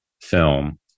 film